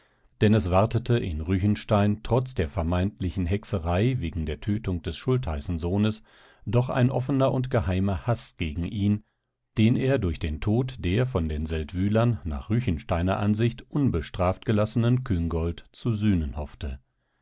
denn es wartete in ruechenstein trotz der vermeintlichen hexerei wegen der tötung des schultheißensohnes doch ein offener und geheimer haß gegen ihn den er durch den tod der von den seldwylern nach ruechensteiner ansicht unbestraft gelassenen küngolt zu sühnen hoffte